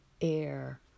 air